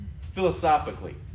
Philosophically